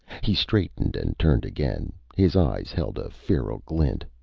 he straightened and turned again. his eyes held a feral glint.